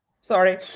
Sorry